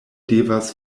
devas